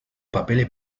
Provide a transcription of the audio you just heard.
papeles